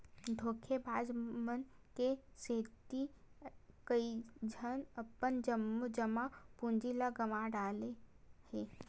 धोखेबाज मन के सेती कइझन अपन जम्मो जमा पूंजी ल गंवा डारे हे